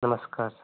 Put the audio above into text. नमस्कार सर